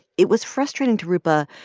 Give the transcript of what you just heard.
it was frustrating to roopa,